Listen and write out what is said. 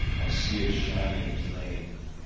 i see it shining plain,